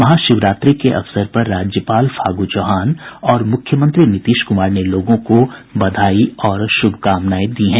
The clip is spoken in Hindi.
महाशिवरात्रि के अवसर पर राज्यपाल फागू चौहान और मुख्यमंत्री नीतीश कुमार ने लोगों को बधाई और शुभकामनाएं दी हैं